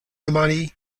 romani